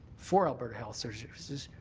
for alberta health services,